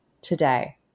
today